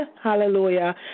hallelujah